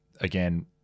again